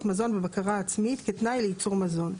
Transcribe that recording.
מזון בבקרה עצמית כתנאי לייצור מזון.